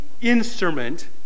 instrument